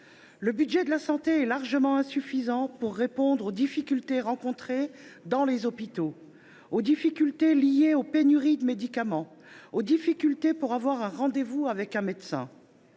Le budget de la santé est largement insuffisant pour répondre aux difficultés rencontrées dans les hôpitaux, aux difficultés liées aux pénuries de médicaments, aux difficultés pour avoir un rendez vous avec un médecin.